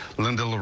linda.